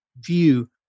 view